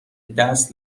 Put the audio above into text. دست